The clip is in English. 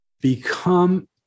become